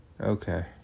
Okay